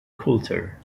coulter